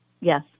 Yes